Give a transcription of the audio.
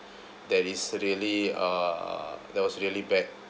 that is really uh that was really bad